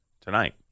tonight